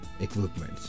equipment